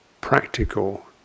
practical